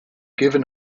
given